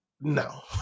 no